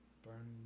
burn